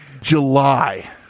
July